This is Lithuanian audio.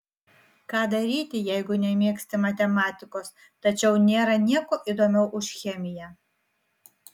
ką daryti jeigu nemėgsti matematikos tačiau nėra nieko įdomiau už chemiją